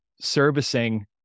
servicing